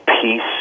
peace